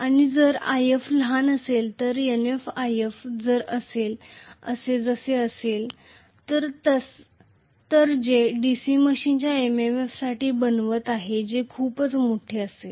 आणि जर If लहान असेल तर Nf If जर असे असेल तर जे DC मशीनच्या MMF साठी बनवित आहे जे खूपच मोठे असेल